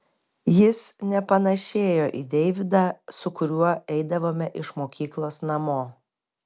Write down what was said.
jis nepanėšėjo į deividą su kuriuo eidavome iš mokyklos namo